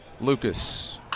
Lucas